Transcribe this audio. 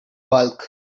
bulk